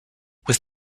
with